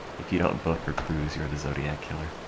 if you don't vote for kruz you are the zodiac killer